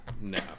no